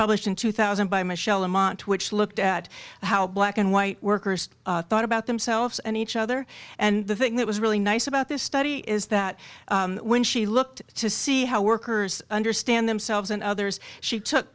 published in two thousand by michel a month which looked at how black and white workers thought about themselves and each other and the thing that was really nice about this study is that when she looked to see how workers understand themselves and others she took